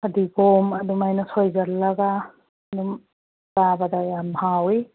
ꯐꯗꯤꯒꯣꯝ ꯑꯗꯨꯃꯥꯏꯅ ꯁꯣꯏꯖꯜꯂꯒ ꯑꯗꯨꯝ ꯆꯥꯕꯗ ꯌꯥꯝ ꯍꯥꯎꯏ